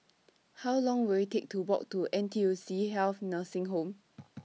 How Long Will IT Take to Walk to N T U C Health Nursing Home